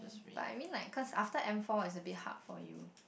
but I mean like cause after M four is a bit hard for you